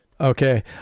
Okay